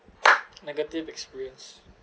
negative experience